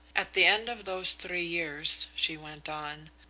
at the end of those three years, she went on,